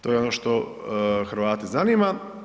To je ono što Hrvate zanima.